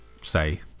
say